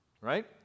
right